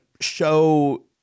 show